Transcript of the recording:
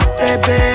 baby